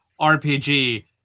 RPG